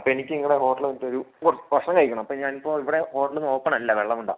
അപ്പം എനിക്ക് നിങ്ങളുടെ ഹോട്ടൽ വന്നിട്ടൊരു ഭക്ഷണം കഴിക്കണം അപ്പോൾ ഞാൻ ഇപ്പോൾ ഇവിടെ ഹോട്ടല് നോക്കുന്നില്ല വെള്ളമുണ്ടാ